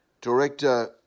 Director